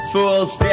Fool's